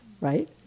right